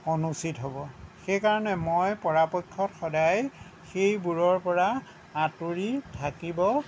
অনুচিত হ'ব সেইকাৰণে মই পৰাপক্ষত সদায় এইবোৰৰ পৰা আতৰি থাকিব